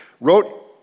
wrote